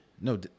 no